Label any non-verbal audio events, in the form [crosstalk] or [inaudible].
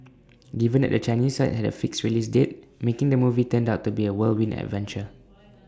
given that the Chinese side had A fixed release date making the movie turned out to be A whirlwind adventure [noise]